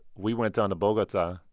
we went down to bogota,